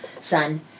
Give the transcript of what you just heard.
son